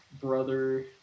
brother